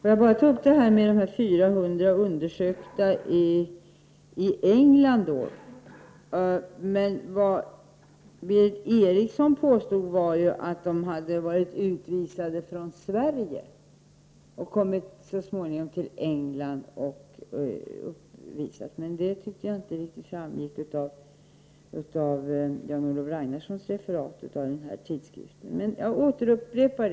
Herr talman! Invandrarministern säger att det är konstigt att sådana här uppgifter om tortyr kommer just i samband med avvisningsbeslut. Men jag tror inte att det är en riktig bild. Uppgifterna om de fall som jag här refererat har kommit fram i ett tidigt skede av utredningsarbetet. Jag har studerat en brittisk medicinsk tidskrift som heter Lancet. 1989 publicerade man resultatet av en undersökning beträffande kurdiska asylsökande från Turkiet. Undersökningen har utförts av en organisation som heter ”The Medical Foundations for the Care of Victims of Torture”. Undersökningen omfattade 400 kurder. En stor del av dessa hade torterats av de turkiska myndigheterna.